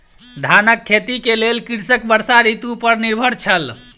धानक खेती के लेल कृषक वर्षा ऋतू पर निर्भर छल